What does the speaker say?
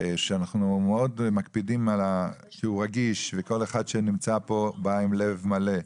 שאנחנו מאוד מקפידים כי הוא רגיש וכל אחד שנמצא פה בא עם לב מלא,